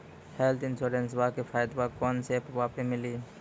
Health इंश्योरेंसबा के फायदावा कौन से ऐपवा पे मिली?